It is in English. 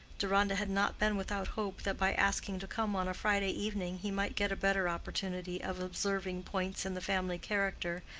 deronda had not been without hope that by asking to come on a friday evening he might get a better opportunity of observing points in the family character,